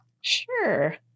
Sure